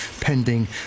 pending